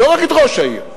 לא רק את ראש העיר,